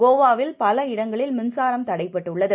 கோவாவில் பல இடங்களில் மின்சாரம் தடைபட்டுள்ளது